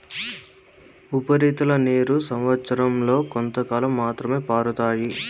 ఉపరితల నీరు సంవచ్చరం లో కొంతకాలం మాత్రమే పారుతాయి